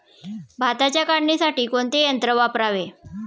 भाताच्या काढणीसाठी कोणते यंत्र वापरावे?